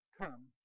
come